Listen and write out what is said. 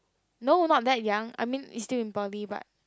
no not that young I mean it's still in poly but